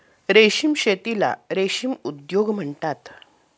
रेशीम शेतीला रेशीम उद्योग म्हणतात